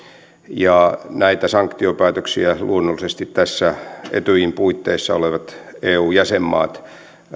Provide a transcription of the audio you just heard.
ja näitä sanktiopäätöksiä luonnollisesti etyjin puitteissa olevat eu jäsenmaat